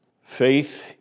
Faith